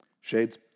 Shades